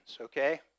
okay